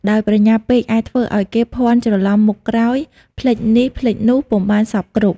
ដោយប្រញាប់ពេក អាចធ្វើឲ្យគេភាន់ច្រឡំមុខក្រោយ ភ្លេចនេះភ្លេចនោះ ពុំបានសព្វគ្រប់ ។